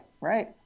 right